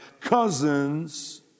cousins